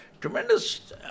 tremendous